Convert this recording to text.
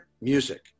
music